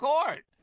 Court